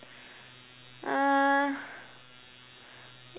uh